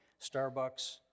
Starbucks